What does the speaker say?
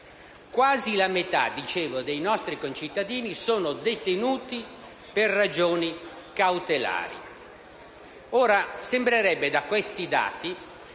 Quasi la metà dei nostri concittadini sono quindi detenuti per ragioni cautelari.